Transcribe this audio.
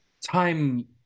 Time